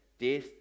death